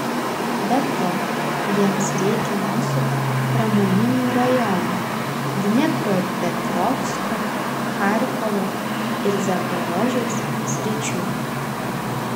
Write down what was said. be to jiems reikia mūsų pramoninių rajonų dniepropetrovsko charkovo ir zaporožės sričių